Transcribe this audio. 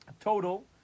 Total